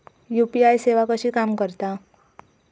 UPI सेवा कशी काम करता?